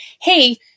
hey